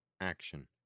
action